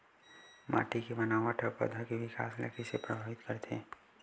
माटी के बनावट हा पौधा के विकास ला कइसे प्रभावित करथे?